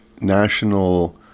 national